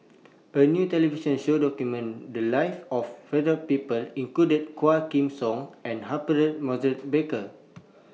A New television Show documented The Lives of various People included Quah Kim Song and Humphrey Morrison Burkill